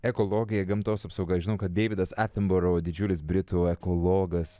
ekologija gamtos apsauga žinau kad deividas apimbarou didžiulis britų ekologas